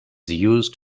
used